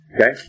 Okay